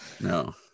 No